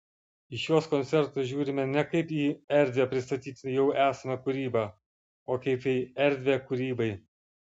į šiuos koncertus žiūrime ne kaip į erdvę pristatyti jau esamą kūrybą o kaip į erdvę kūrybai